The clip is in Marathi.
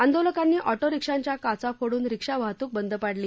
आंदोलकांनी ऑटो रिक्षांच्या काचा फोडून रिक्षा वाहतूक बंद पाडली